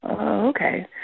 Okay